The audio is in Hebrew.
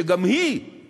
שגם הוא קיים,